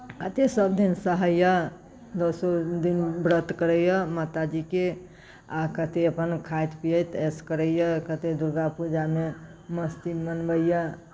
एतेक सभ दिनसँ होइए दसो दिन व्रत करैए माताजीके आ कतेक अपन खाइत पियैत ऐश करैए कतेक दुर्गा पूजामे मस्ती मनबैए